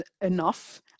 enough